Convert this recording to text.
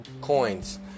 coins